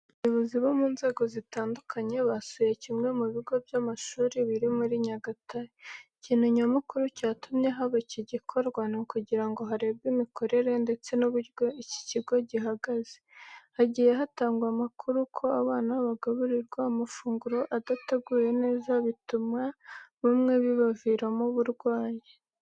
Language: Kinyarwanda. Abayobozi bo mu nzego zitandukanye, basuye kimwe mu bigo by'amashuri biri muri Nyagatare. Ikintu nyamukuru cyatumye haba iki gikorwa ni ukugira ngo harebwe imikorere ndese n'uburyo iki kigo gihagaze, hagiye hatangwa amakuru ko abana bagaburirwa amafunguro adateguye neza bituma bamwe bibaviramo uburwayi.